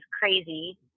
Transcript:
crazy